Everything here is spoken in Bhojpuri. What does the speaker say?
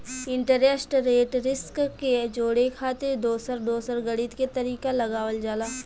इंटरेस्ट रेट रिस्क के जोड़े खातिर दोसर दोसर गणित के तरीका लगावल जाला